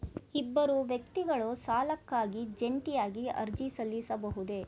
ಇಬ್ಬರು ವ್ಯಕ್ತಿಗಳು ಸಾಲಕ್ಕಾಗಿ ಜಂಟಿಯಾಗಿ ಅರ್ಜಿ ಸಲ್ಲಿಸಬಹುದೇ?